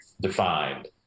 defined